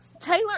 Taylor